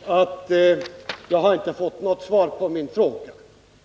Herr talman! Jag vill bara konstatera att jag inte fått något svar på min fråga om